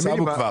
אני לא מכירה.